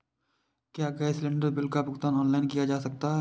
क्या gas cylinder bill का भुगतान ऑनलाइन किया जा सकता है?